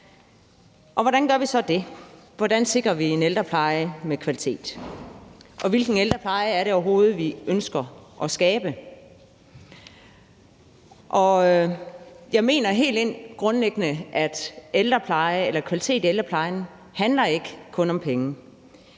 Hvordan gør vi så det? Hvordan sikrer vi en ældrepleje med kvalitet, og hvilken ældrepleje er det overhovedet, vi ønsker at skabe? Jeg mener helt grundlæggende, at kvalitet i ældreplejen ikke kun handler om penge.